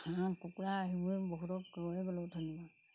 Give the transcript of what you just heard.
হাঁহ কুকুৰা সেইবোৰ বহুতক কৈয়ে গ'লোঁ ধন্যবাদ